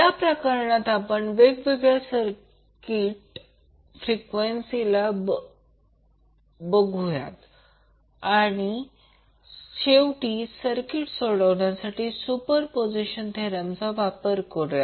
या प्रकरणात आपण वेगवेगळे सर्किट वेगवेगळ्या फ्रिक्वेंसीला बनवूया आणि शेवटी सर्किट सोडवण्यासाठी सुपरपोझिशन थेरमचा वापर करूया